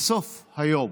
בסוף היום